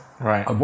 Right